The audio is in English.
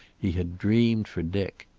he had dreamed for dick.